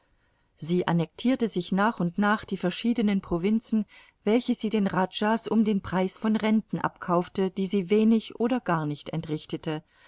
sie annectirte sich nach und nach die verschiedenen provinzen welche sie den rajahs um den preis von renten abkaufte die sie wenig oder gar nicht entrichtete